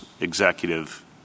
executive